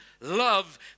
love